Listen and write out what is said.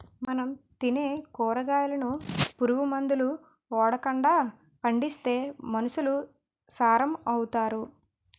మనం తినే కూరగాయలను పురుగు మందులు ఓడకండా పండిత్తే మనుసులు సారం అవుతారు